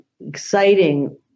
exciting